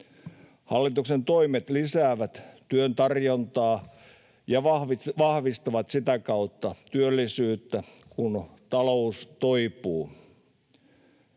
Hallituksen toimet lisäävät työn tarjontaa ja vahvistavat sitä kautta työllisyyttä, kun talous toipuu.